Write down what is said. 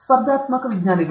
ಸ್ಪರ್ಧಾತ್ಮಕ ವಿಜ್ಞಾನಿಗಳು